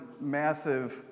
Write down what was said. massive